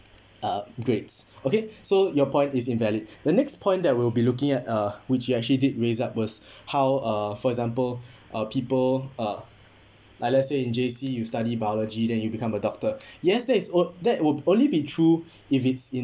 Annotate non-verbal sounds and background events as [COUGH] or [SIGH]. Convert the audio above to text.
uh grades okay so your point is invalid the next point that we'll be looking at uh which you actually did raise up was [BREATH] how uh for example uh people uh like let's say in J_C you study biology then you become a doctor yes that is o~ that will only be true if it's in